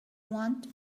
want